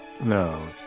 no